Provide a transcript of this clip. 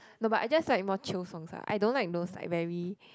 no but I just like more chill songs ah I don't like those like very